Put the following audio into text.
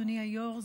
אדוני היו"ר,